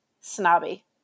snobby